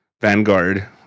Vanguard